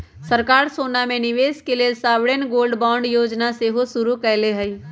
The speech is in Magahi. सरकार सोना में निवेश के लेल सॉवरेन गोल्ड बांड जोजना सेहो शुरु कयले हइ